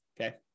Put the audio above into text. Okay